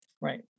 Right